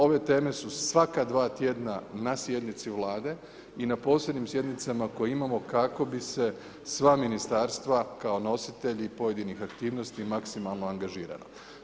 Ove teme su svaka dva tjedna na sjednici Vlade i na posljednjim sjednicama koje imamo kako bi se sva ministarstva kao nositelji pojedinih aktivnosti maksimalno angažirala.